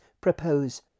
propose